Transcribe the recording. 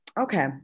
Okay